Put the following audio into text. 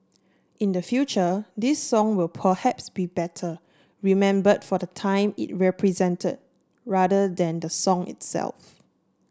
in the future this song will be better remembered for the time it represented rather than the song itself